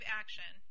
action